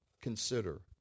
Consider